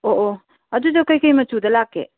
ꯑꯣ ꯑꯣ ꯑꯗꯨꯗꯣ ꯀꯩ ꯀꯩ ꯃꯆꯨꯗ ꯂꯥꯛꯀꯦ